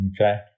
Okay